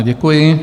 Děkuji.